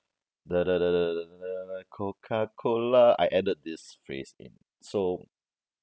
coca-cola I added this phrase in so